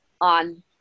on